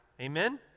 Amen